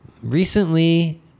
Recently